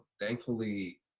thankfully